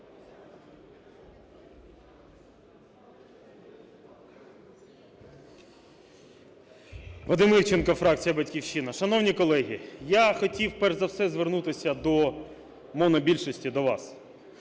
Вадим Івченко, фракція "Батьківщина". Шановні колеги, я хотів, перш за все, звернутися до монобільшості, до вас.